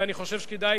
אני חושב שכדאי